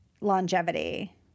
longevity